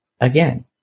again